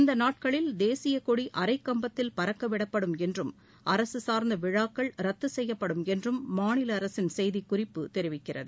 இந்த நாட்களில் தேசியகொடி அரைக்கம்பத்தில் பறக்க விடப்படும் என்றும் அரசு சார்ந்த விழாக்கள் ரத்து செய்யப்படும் என்றும் மாநில அரசின் செய்திக்குறிப்பு தெரிவிக்கிறது